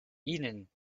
ihnen